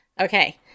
Okay